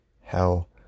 hell